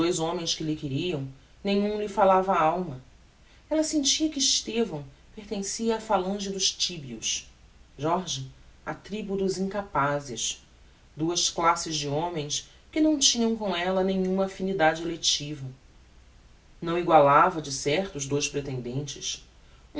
homens que lhe queriam nenhum lhe falava á alma ella sentia que estevão pertencia á phalange dos tibios jorge á tribu dos incapazes duas classes de homens que não tinham com ella nenhuma affinidade electiva não egualava de certo os dous pretendentes